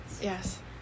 Yes